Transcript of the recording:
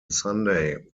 sunday